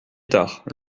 tard